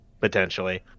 potentially